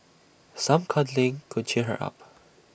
some cuddling could cheer her up